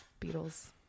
Beatles